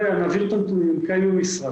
אין בעיה, נעביר את הנתונים, הם קיימים במשרד.